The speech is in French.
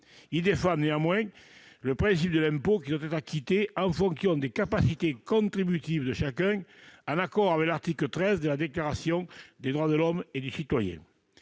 Il défend néanmoins le principe de l'impôt, qui doit être acquitté en fonction des capacités contributives de chacun, en accord avec l'article XIII de la Déclaration des droits de l'homme et du citoyen.